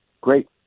great